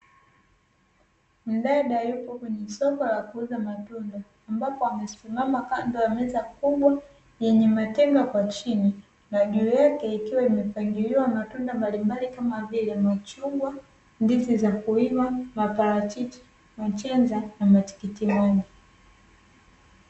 Mdada yupo kwenye soko la kuuza maziwa, ambapo amesimama kando ya meza kubwa yenye matenga kwa chini na juu yake likiwa limepangiliwa matunda mbalimbali kama vile: machungwa, ndizi za kuiva, maparachichi, machenza na matikiti maji.